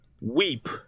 Weep